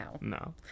No